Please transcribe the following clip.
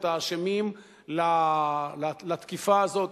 את האשמים לתקיפה הזו,